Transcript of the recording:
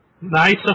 Nice